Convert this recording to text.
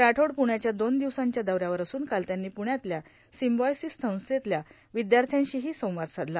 राठोड पुण्याच्या दोन दिवसांच्या दौऱ्यावर असून काल त्यांनी पुण्यातल्या सिम्बॉयसीस संस्थेतल्या विद्यार्थ्यांशीही त्यांनी संवाद साधला